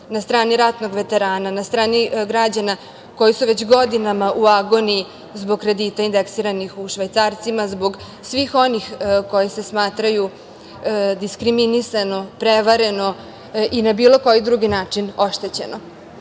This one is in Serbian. na strani ratnog veterana, na strani građana koji su već godinama u agoniji zbog kredita indeksiranih u švajcarcima, zbog svih onih koji se smatraju diskriminisano, prevareno, i na bilo koji drugi način oštećeno.